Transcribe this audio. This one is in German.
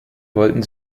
wollten